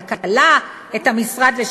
את משרד הכלכלה,